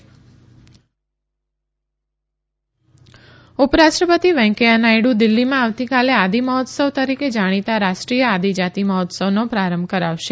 આદિ મહોત્સવ ઉપરાષ્ટ્રપતિ વેંકૈયા નાયડુ દિલ્હીમાં આવતીકાલે આદિ મહોત્સવ તરીકે જાણીતા રાષ્ટ્રીય આદિજાતી મહોત્સવનો પ્રારંભ કરાવશે